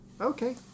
Okay